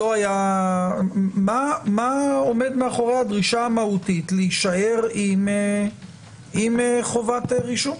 מה עומד מאחורי הדרישה המהותית להישאר עם חובת רישום?